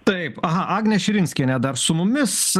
taip aha agnė širinskienė dar su mumis